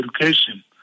education